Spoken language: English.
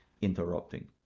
interrupting